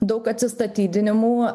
daug atsistatydinimų